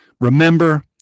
Remember